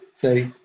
say